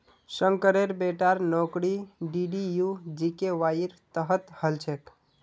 शंकरेर बेटार नौकरी डीडीयू जीकेवाईर तहत हल छेक